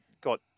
got